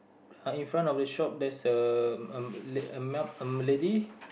uh in front of the shop there's a um a m~ a lady